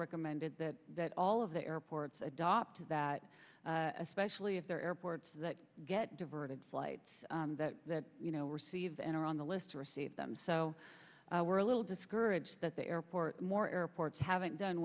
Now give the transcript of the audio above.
recommended that that all of the airports adopt that especially if there are airports that get diverted flights that you know receive and are on the list to receive them well we're a little discouraged that the airport more airports haven't done